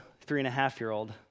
three-and-a-half-year-old